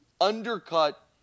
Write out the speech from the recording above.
undercut